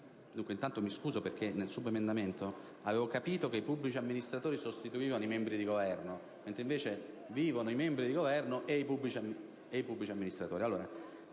anzitutto scusarmi perché nel subemendamento avevo capito che i pubblici amministratori sostituivano i membri di Governo, mentre invece restano sia i membri di Governo che i pubblici amministratori.